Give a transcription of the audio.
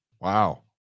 Wow